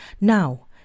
Now